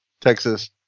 Texas